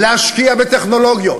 להשקיע בטכנולוגיות,